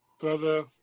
brother